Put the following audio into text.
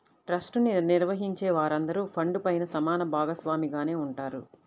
trust ని నిర్వహించే వారందరూ ఫండ్ పైన సమాన భాగస్వామిగానే ఉంటారు